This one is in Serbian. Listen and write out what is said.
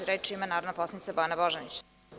Reč ima narodna poslanica Bojana Božanić.